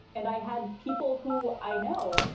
and i had people who i know.